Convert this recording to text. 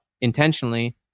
intentionally